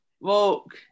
walk